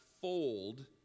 fold